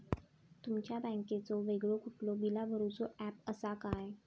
तुमच्या बँकेचो वेगळो कुठलो बिला भरूचो ऍप असा काय?